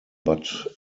but